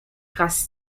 grassi